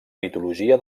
mitologia